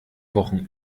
wochen